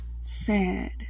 sad